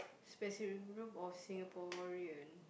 specific group of Singaporean